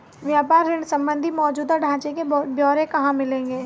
व्यापार ऋण संबंधी मौजूदा ढांचे के ब्यौरे कहाँ मिलेंगे?